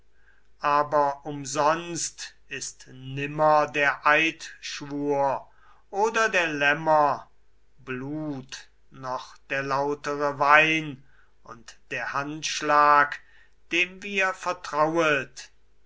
aber umsonst ist nimmer der eidschwur oder der lämmer blut noch der lautere wein und der handschlag dem wir vertrauet